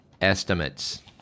estimates